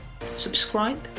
subscribe